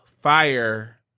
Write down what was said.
fire